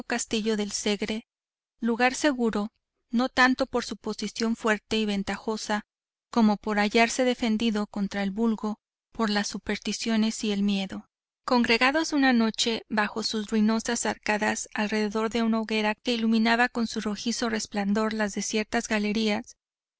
castillo del segre lugar seguro no tanto por su posición fuerte y ventajosa como por hallarse defendido contra el vulgo por las supersticiones y el miedo congregados una noche bajo sus ruinosas arcadas alrededor de una hoguera que iluminaba con su rojizo resplandor las desiertas galerías